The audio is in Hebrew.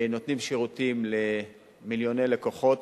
נותנים שירותים למיליוני לקוחות,